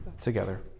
together